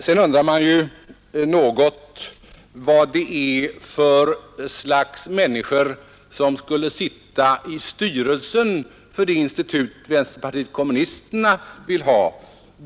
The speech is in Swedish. Sedan undrar man vad det är för slags människor som skulle sitta i styrelsen för det institut vänsterpartiet kommunisterna vill ha.